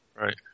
Right